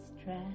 stress